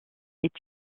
est